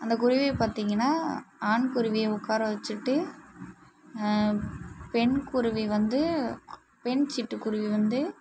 அந்தக்குருவி பார்த்தீங்கன்னா ஆண் குருவியை உட்கார வச்சுட்டு பெண்குருவி வந்து பெண் சிட்டுக்குருவி வந்து